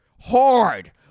hard